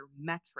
metric